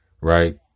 right